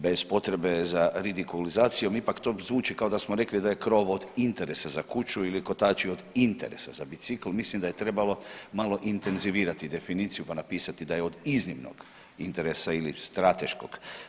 Bez potrebe za ridikulizacijom ipak to zvuči kao da je krov od interesa za kuću ili kotači od interesa za bicikl, mislim da je trebalo malo intenzivirati definiciju pa napisati da je od iznimnog interesa ili strateškog.